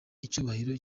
icyubahiro